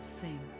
sing